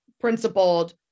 principled